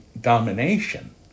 domination